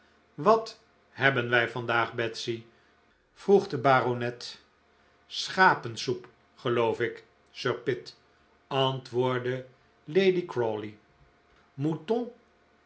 wat hebben wij vandaag betsy vroeg de baronet schapensoep geloof ik sir pitt antwoordde lady crawley